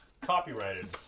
Copyrighted